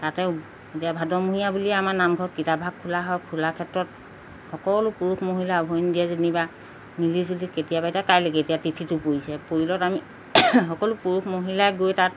তাতে এতিয়া ভাদমহীয়া বুলিয়ে আমাৰ নামঘৰত কিতাপ ভাগ খোলা হয় খোলা ক্ষেত্ৰত সকলো পুৰুষ মহিলা উভয় দিয়ে যেনিবা মিলি জুলি কেতিয়াবা এতিয়া কাইলৈকে এতিয়া তিথিটো পৰিছে পৰিলত আমি সকলো পুৰুষ মহিলাই গৈ তাত